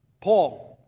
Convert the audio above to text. Paul